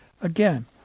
again